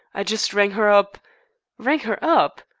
i just rang her up rang her up?